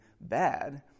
bad